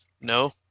no